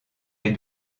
les